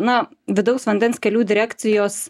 na vidaus vandens kelių direkcijos